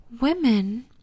Women